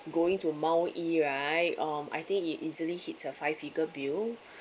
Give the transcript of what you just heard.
going to Mount_E right um I think it easily hits a five figure bill